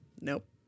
Nope